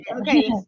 Okay